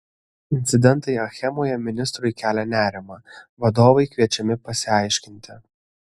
incidentai achemoje ministrui kelia nerimą vadovai kviečiami pasiaiškinti